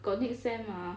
got next sem mah